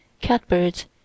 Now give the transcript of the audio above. catbirds